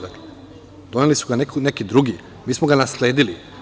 Doneli su ga neki drugi, mi smo ga nasledili.